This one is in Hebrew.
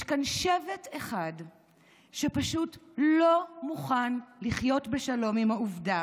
יש כאן שבט אחד שפשוט לא מוכן לחיות בשלום עם העובדה